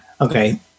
Okay